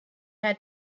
had